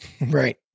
Right